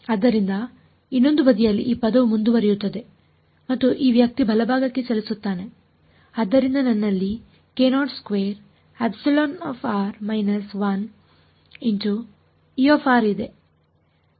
ಆದ್ದರಿಂದ ಇನ್ನೊಂದು ಬದಿಯಲ್ಲಿ ಈ ಪದವು ಮುಂದುವರಿಯುತ್ತದೆ ಮತ್ತು ಈ ವ್ಯಕ್ತಿ ಬಲಭಾಗಕ್ಕೆ ಚಲಿಸುತ್ತಾನೆ